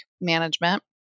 management